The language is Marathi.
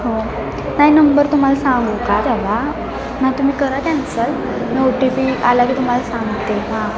हो नाही नंबर तुम्हाला सांगू का त्याला नाही तुम्ही करा कॅन्सल नं ओ टी पी आला की तुम्हाला सांगते हां